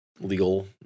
legal